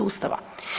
Ustava.